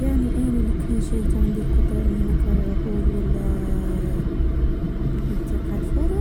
يعني انا لو جات عندي قدرة اني نقرا العقول ولا الانتقال فورا